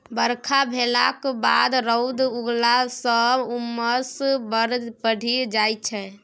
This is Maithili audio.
बरखा भेलाक बाद रौद उगलाँ सँ उम्मस बड़ बढ़ि जाइ छै